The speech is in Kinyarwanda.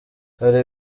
hari